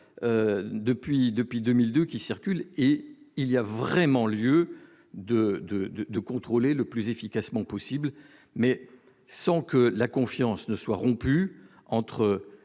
depuis 2001. Il y a vraiment lieu de contrôler le plus efficacement possible, mais sans que la confiance soit rompue avec